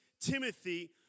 Timothy